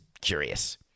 curious